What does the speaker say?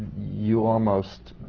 you almost